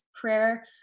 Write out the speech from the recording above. prayer